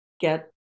get